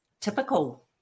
typical